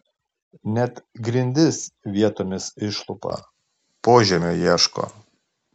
net grindis vietomis išlupa požemio ieško